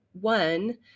One